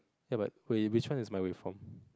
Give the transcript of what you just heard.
ya but which one is my waveform